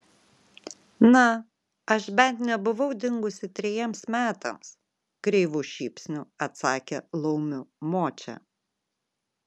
na aš bent nebuvau dingusi trejiems metams kreivu šypsniu atsakė laumių močia